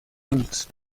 años